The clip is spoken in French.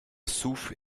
souffle